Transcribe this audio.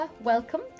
welcome